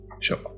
Sure